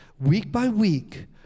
week-by-week